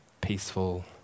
peaceful